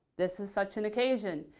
this is such an occasion.